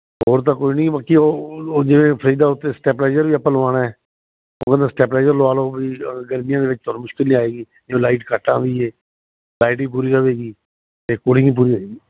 ਹੋਰ ਤਾਂ ਕੋਈ ਨੀ ਕੀ ਉਹ ਜਿਵੇਂ ਫਰਿੱਜ ਦਾ ਉੱਤੇ ਸਟੈਪਲਾਈਜਰ ਆਪਾਂ ਲਵਾਣਾ ਐ ਉਹ ਕਹਿੰਦਾ ਸਟੈਪਲੇਜਰ ਲਵਾ ਲੋ ਵੀ ਗਰਮੀਆਂ ਦੇ ਵਿੱਚ ਥੋਨੂੰ ਮੁਸ਼ਕਿਲ ਨੀ ਆਏਗੀ ਜਦੋਂ ਲਾਈਟ ਘੱਟ ਆਉਂਦੀ ਐ ਲਾਈਟ ਵੀ ਪੂਰੀ ਆਵੇਗੀ ਤੇ ਕੂਲਿੰਗ ਵੀ ਪੂਰੀ ਹੋਵੇਗੀ